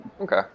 Okay